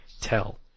tell